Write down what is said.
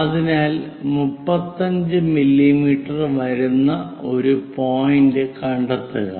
അതിനാൽ 35 മില്ലീമീറ്റർ വരുന്ന ഒരു പോയിന്റ് കണ്ടെത്തുക